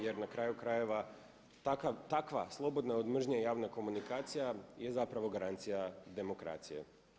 Jer na kraju krajeva takva slobodna od mržnje javna komunikacija je zapravo garancija demokracije.